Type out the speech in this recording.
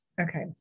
Okay